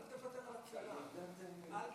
שלוש דקות לרשותך, אדוני, בבקשה.